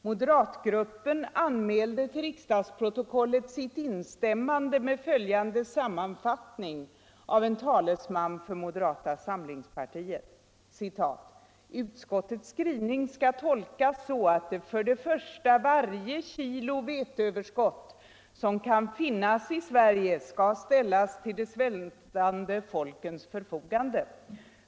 Moderatgruppen anmälde till riksdagsprotokollet sitt instämmande med följande sammanfattning av en talesman för moderata samlingspartiet: ”Detta innebär att utskottets skrivning skall tolkas så att för det första varje kilo veteöverskott som kan finnas i Sverige skall ställas till de svältande folkens förfogande.